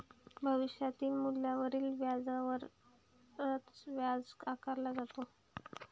भविष्यातील मूल्यावरील व्याजावरच व्याज आकारले जाते